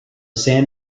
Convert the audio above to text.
sand